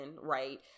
right